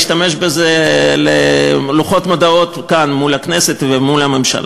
להשתמש בזה ללוחות מודעות כאן מול הכנסת ומול הממשלה.